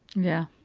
yeah.